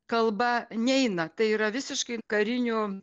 kalba neina tai yra visiškai karinių